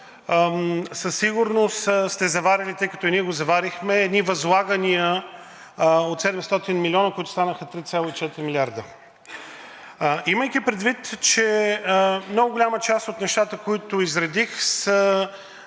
със сигурност сте заварили, тъй като и ние го заварихме, едни възлагания от 700 милиона, които станаха 3,4 милиарда. Имайки предвид, че много голяма част от нещата, които изредих, са